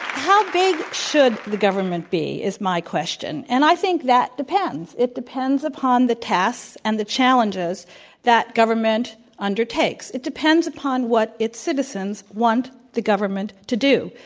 how big should the government be, is my question. and i think that depends. it depends upon the tasks and the challenges that government undertakes. it depends upon what its citizens want the government to do.